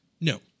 No